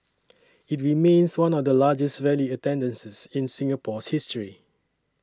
it remains one of the largest rally attendances in Singapore's history